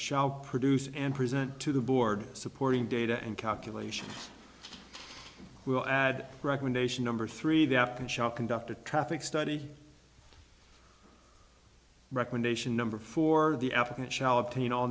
shall produce and present to the board supporting data and calculations will add recommendation number three that can shall conduct a traffic study recommendation number for the applicant shall obtain all